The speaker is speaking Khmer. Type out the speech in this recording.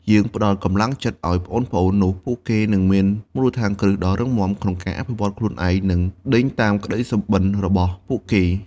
ពេលយើងផ្តល់កម្លាំងចិត្តឲ្យប្អូនៗ នោះពួកគេនឹងមានមូលដ្ឋានគ្រឹះដ៏រឹងមាំក្នុងការអភិវឌ្ឍខ្លួនឯង និងដេញតាមក្តីសុបិនរបស់ពួកគេ។